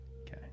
Okay